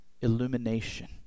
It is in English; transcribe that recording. Illumination